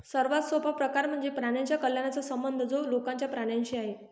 सर्वात सोपा प्रकार म्हणजे प्राण्यांच्या कल्याणाचा संबंध जो लोकांचा प्राण्यांशी आहे